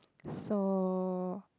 so